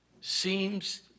seems